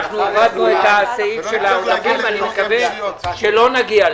אנחנו הורדנו את הסעיף של --- ואני מקווה שלא נגיע לזה.